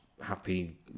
happy